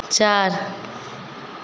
चार